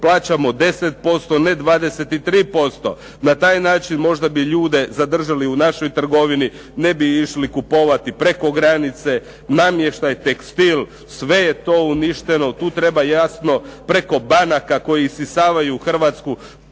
plaćamo 10% a ne 23%. Na taj način možda bi ljude zadržali u našoj trgovini, ne bi išli kupovati preko granice namještaj, tekstil, sve je to uništeno. Tu treba jasno preko banaka koje isisavaju Hrvatsku